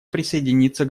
присоединиться